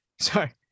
Sorry